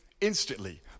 instantly